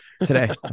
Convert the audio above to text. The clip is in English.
today